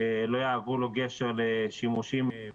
התקשורת שלא יהיה מצב שיש ישוב במדינת ישראל,